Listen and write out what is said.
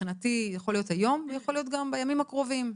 זה יכול להיות היום או בימים הקרובים,